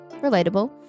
relatable